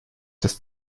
das